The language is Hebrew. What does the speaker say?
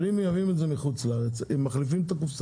אבל אם מייבאים מחוץ-לארץ והם צריכים להחליף את הקופסה,